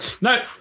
No